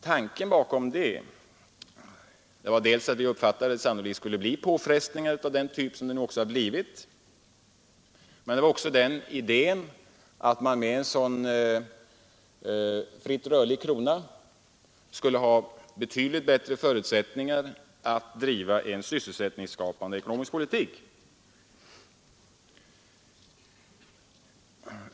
Den bakomliggande tanken var dels att vi uppfattade det så att det sannolikt skulle bli påfrestningar av den typ som det nu också har blivit, dels idéen att man med en sådan fritt rörlig krona skulle ha betydligt bättre förutsättningar att driva en sysselsättningsskapande ekonomisk politik.